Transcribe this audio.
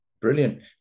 Brilliant